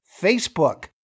Facebook